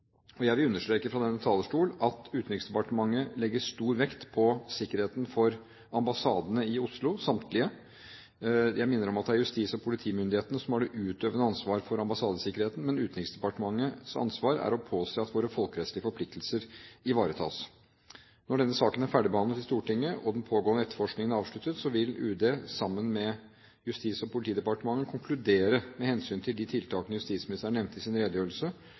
Jeg vil understreke fra denne talerstol at Utenriksdepartementet legger stor vekt på sikkerheten til samtlige ambassader i Oslo. Jeg minner om at det er justis- og politimyndighetene som har det utøvende ansvar for ambassadesikkerheten, men Utenriksdepartementets ansvar er å påse at våre folkerettslige forpliktelser ivaretas. Når denne saken er ferdigbehandlet i Stortinget og den pågående etterforskningen er avsluttet, vil Utenriksdepartementet sammen med Justis- og politidepartementet konkludere med hensyn til de tiltakene justisministeren nevnte i sin redegjørelse